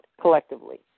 collectively